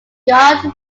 garde